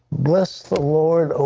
bless the lord, oh,